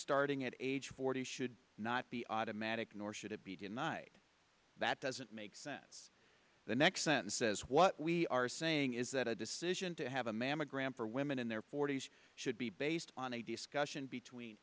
starting at age forty should not be automatic nor should it be denied that doesn't make sense the next sentence says what we are saying is that a decision to have a mammogram for women in their forty's should be based on a discussion between